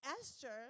Esther